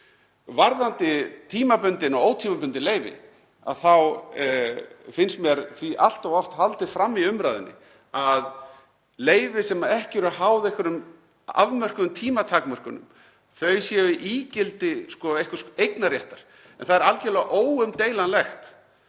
Varðandi tímabundin og ótímabundin leyfi þá finnst mér því allt of oft haldið fram í umræðunni að leyfi sem ekki eru háð einhverjum afmörkuðum tímatakmörkunum séu ígildi einhvers eignarréttar en það er algjörlega óumdeilanlegt